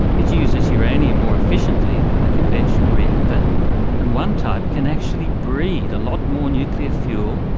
it uses uranium more efficiently than a conventional reactor and one type can actually breed a lot more nuclear fuel,